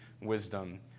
wisdom